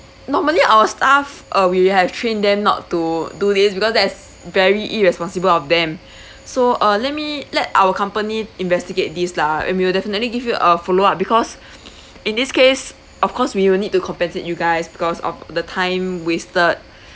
normally our staff uh we have trained them not to do this because that's very irresponsible of them so uh let me let our company investigate this lah we will definitely give you a follow up because in this case of course we will need to compensate you guys because of the time wasted